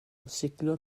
amsugno